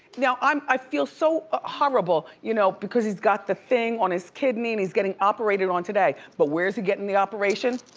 now um i feel so ah horrible you know because he's got the thing on his kidney and he's getting operated on today, but where's he gettin' the operation?